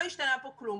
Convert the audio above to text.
לא השתנה פה כלום.